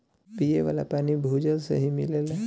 पिये वाला पानी भूजल से ही मिलेला